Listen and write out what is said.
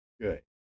good